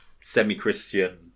semi-christian